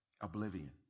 oblivion